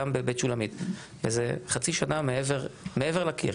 גם בבית שולמית וזה חצי שנה מעבר לקיר,